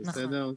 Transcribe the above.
בסדר?